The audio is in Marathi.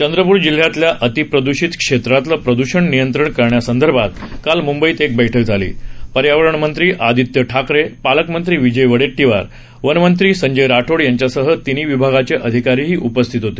चंद्रपूर जिल्ह्यातल्या अतिप्रदृषीत क्षेत्रातलं प्रद्षण नियंत्रण करण्यासंदर्भात काल मंंबईत एक बैठक झाली पर्यावरण मंत्री आदित्य ठाकरे पालकमंत्री विजय वडेट्टीवार वनमंत्री संजय राठोड यांच्यासह तिन्ही विभागाचे अधिकारी उपस्थितीत होते